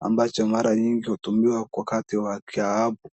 ambacho mara nyingi hutumiwa wakati wa kiapo.